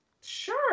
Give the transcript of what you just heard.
Sure